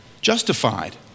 Justified